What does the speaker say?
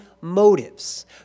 motives